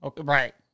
Right